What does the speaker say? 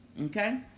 Okay